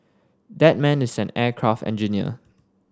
that man is an aircraft engineer